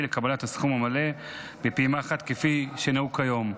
לקבלת הסכום המלא בפעימה אחת כפי שנהוג כיום.